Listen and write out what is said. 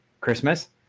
christmas